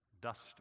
dust